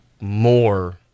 more